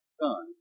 son